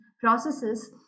processes